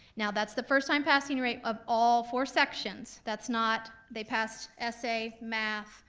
now, that's the first time passing rate of all four sections. that's not, they passed essay, math,